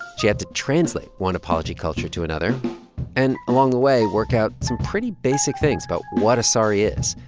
she had to translate one apology culture to another and, along the way, work out some pretty basic things about what a sorry is,